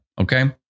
okay